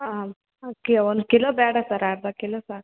ಹಾಂ ಓಕೆ ಒಂದು ಕಿಲೋ ಬ್ಯಾಡ ಸರ್ ಅರ್ಧ ಕಿಲೋ ಸಾಕು